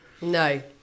no